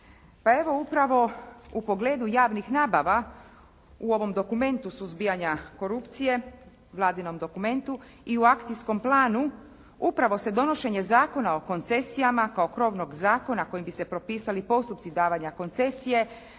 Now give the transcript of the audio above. Pa evo upravo u pogledu javnih nabava u ovom dokumentu suzbijanja korupcije, Vladinom dokumentu i u akcijskom planu upravo se donošenje Zakona o koncesijama kao krovnog zakona kojim bi se propisali postupci davanja koncesije,